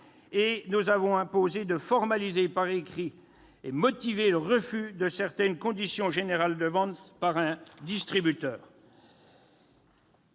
Nous avons imposé de formaliser par écrit et de motiver le refus de certaines conditions générales de vente par un distributeur.